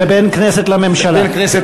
ובין כנסת לממשלה.